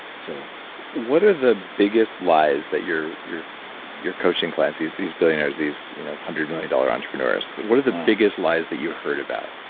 so what are the biggest lies that your your coaching class, these these billionaires, these you know hundredmillion-dollar entrepreneurs. what are the biggest lies that you've heard about?